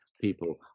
people